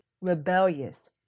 rebellious